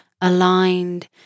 aligned